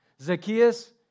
Zacchaeus